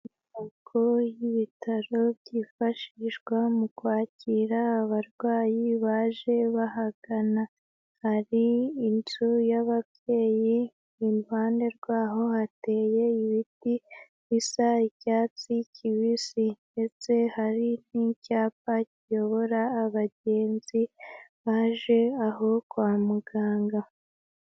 Intubako y'ibitaro byifashishwa mu kwakira abarwayi baje bahagana, hari inzu y'ababyeyi iruhande rwaho hateye ibiti bisa icyatsi kibisi, ndetse hari n'icyapa kiyobora abagenzi baje aho kwa muganga.